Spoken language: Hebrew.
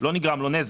לא נגרם לו נזק,